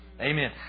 Amen